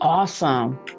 awesome